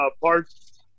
parts